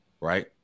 right